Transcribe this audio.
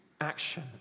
action